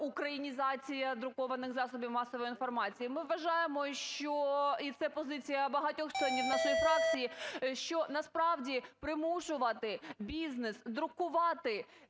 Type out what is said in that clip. українізація друкованих засобів масової інформації. Ми вважаємо, що, і це позиція багатьох членів нашої фракції, що насправді примушувати бізнес друкувати